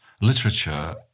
literature